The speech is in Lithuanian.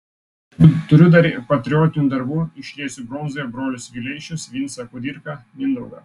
turiu dar ir patriotinių darbų išliesiu bronzoje brolius vileišius vincą kudirką mindaugą